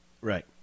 Right